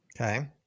Okay